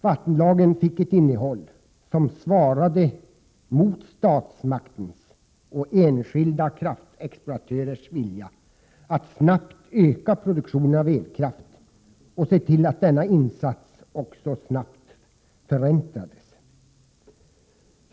Vattenlagen fick ett innehåll som svarade mot statsmaktens och enskilda kraftexploatörers vilja att snabbt öka produktionen av elkraft och se till att denna insats också snabbt förräntades.